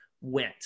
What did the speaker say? went